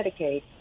Medicaid